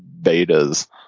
betas